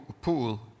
pool